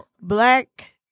black